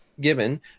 given